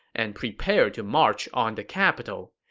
and prepared to march on the capital.